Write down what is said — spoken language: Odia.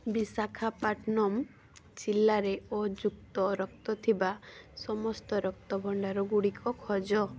ବିଶାଖାପାଟନମ୍ ଜିଲ୍ଲାରେ ଓ ଯୁକ୍ତ ରକ୍ତ ଥିବା ସମସ୍ତ ରକ୍ତ ଭଣ୍ଡାରଗୁଡ଼ିକ ଖୋଜ